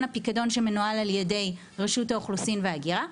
הפיקדון שמנוהל על ידי רשות האוכלוסין וההגירה.